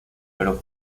pero